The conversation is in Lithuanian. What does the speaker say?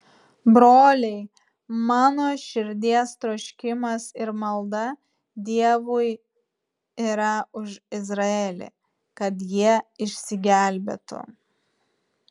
broliai mano širdies troškimas ir malda dievui yra už izraelį kad jie išsigelbėtų